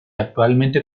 actualmente